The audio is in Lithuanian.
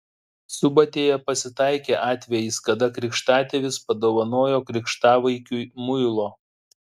subatėje pasitaikė atvejis kada krikštatėvis padovanojo krikštavaikiui muilo